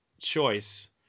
choice